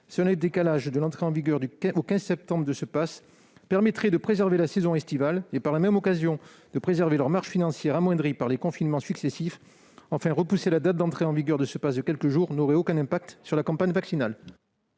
un décalage de l'entrée en vigueur de ce dispositif au 15 septembre permettrait de préserver la saison estivale et, par la même occasion, de protéger leurs marges financières, amoindries par les confinements successifs. Enfin, repousser la date d'entrée en vigueur de ce passe de quelques jours n'aurait aucun impact sur la campagne vaccinale.